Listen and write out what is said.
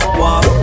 walk